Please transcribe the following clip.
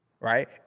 Right